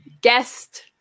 guest